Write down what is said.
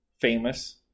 famous